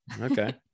okay